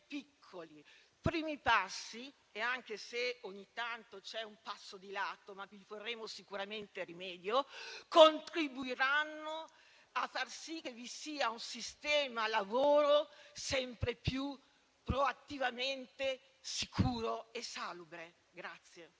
piccoli, primi passi - e anche se ogni tanto c'è un passo di lato, ma vi porremmo sicuramente rimedio - contribuiranno a far sì che vi sia un sistema lavoro sempre più proattivamente sicuro e salubre.